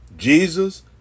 Jesus